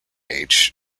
age